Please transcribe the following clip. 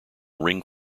ring